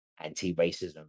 anti-racism